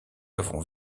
avons